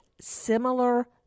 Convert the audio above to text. similar